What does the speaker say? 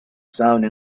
sounds